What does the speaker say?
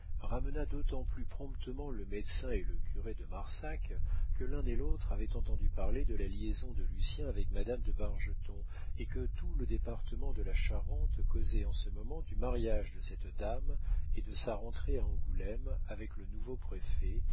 ramena d'autant plus promptement le médecin et le curé de marsac que l'un et l'autre avaient entendu parler de la liaison de lucien avec madame de bargeton et que tout le département de la charente causait en ce moment du mariage de cette dame et de sa rentrée à angoulême avec le nouveau préfet